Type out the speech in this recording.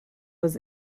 was